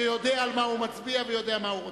שהוא יודע על מה הוא מצביע ויודע מה הוא רוצה.